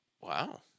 Wow